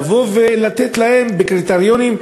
לבוא ולתת להן לפי קריטריונים,